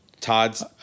todd's